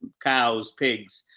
cows, pigs,